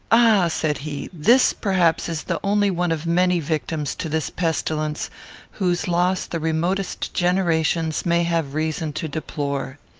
ah! said he, this, perhaps, is the only one of many victims to this pestilence whose loss the remotest generations may have reason to deplore.